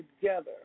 together